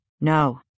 No